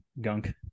gunk